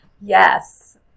Yes